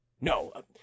No